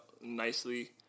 nicely